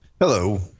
Hello